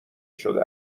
شده